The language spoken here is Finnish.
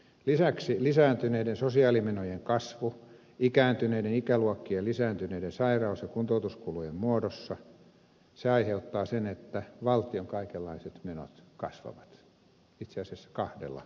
lisäksi lisääntyneiden sosiaalimenojen kasvu ikääntyneiden ikäluokkien lisääntyneiden sairaus ja kuntoutuskulujen muodossa aiheuttaa sen että valtion kaikenlaiset menot kasvavat itse asiassa kahdella eri tavalla